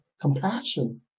compassion